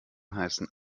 heißen